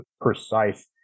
precise